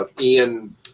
Ian